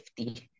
50